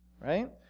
right